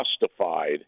justified